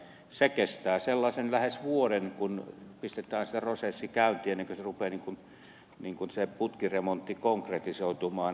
se kestää sellaisen lähes vuoden kun pistetään se prosessi käyntiin ennen kuin se putkiremontti rupeaa konkretisoitumaan